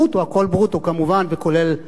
ברוטו, הכול ברוטו כמובן וכולל מע"מ.